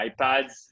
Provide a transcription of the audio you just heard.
iPads